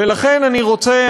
ולכן אני רוצה,